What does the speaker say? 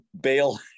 bail